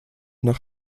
nach